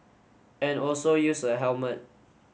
and also use a helmet